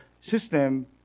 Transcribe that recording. system